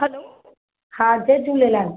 hello हा जय झूलेलाल